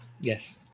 yes